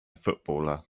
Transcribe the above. footballer